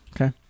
Okay